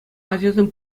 ачасем